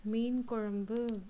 மீன்குழம்பு